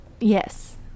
yes